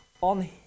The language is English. on